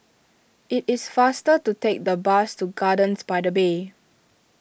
it is faster to take the bus to Gardens by the Bay